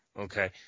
Okay